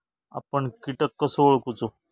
आपन कीटक कसो ओळखूचो?